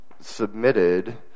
submitted